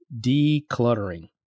decluttering